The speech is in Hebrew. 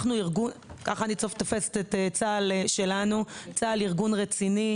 צה"ל הוא ארגון רציני.